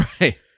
Right